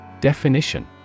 Definition